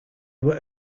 were